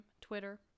Twitter